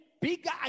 bigger